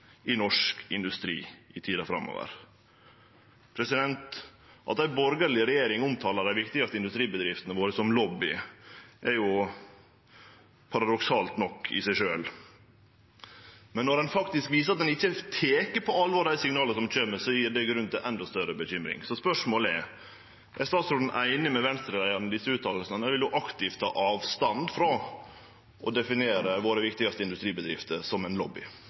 i norsk industri i tida framover. At ei borgarleg regjering omtalar dei viktigaste industribedriftene våre som lobby, er paradoksalt nok i seg sjølv, men når ein faktisk viser at ein ikkje tek på alvor dei signala som kjem, gjev det grunn til endå større bekymring. Spørsmålet er: Er statsråden einig i utsegnene til Venstre-leiaren, eller vil ho aktivt ta avstand frå å definere våre viktigaste industribedrifter som ein lobby?